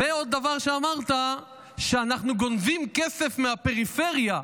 ועוד דבר אמרת, שאנחנו גונבים כסף מהפריפריה.